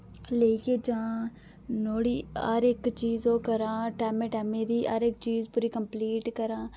लेइयै जां नुआढ़ी हर इक चीज ओह् करां टैमे टैमे दी हर इक चीज पूरी कम्पलीट करां